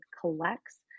collects